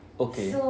okay